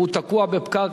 הוא תקוע בפקק,